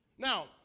Now